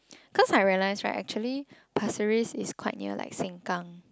cause I realize right actually Pasir-Ris is quite near like Sengkang